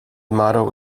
motto